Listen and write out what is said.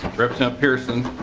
representative pierson.